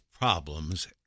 problems